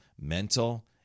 mental